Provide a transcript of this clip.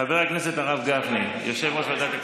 חבר הכנסת הרב גפני, יושב-ראש ועדת הכספים.